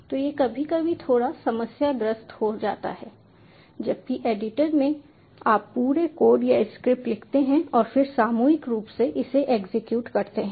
तो यह कभी कभी थोड़ा समस्याग्रस्त हो जाता है जबकि एडिटर में आप पूरे कोड या स्क्रिप्ट लिखते हैं और फिर सामूहिक रूप से इसे एग्जीक्यूट करते हैं